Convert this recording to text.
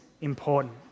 important